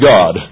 God